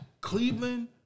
Cleveland